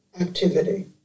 activity